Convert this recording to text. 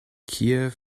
kiew